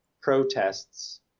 Protests